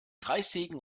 kreissägen